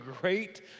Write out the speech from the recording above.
great